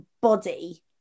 body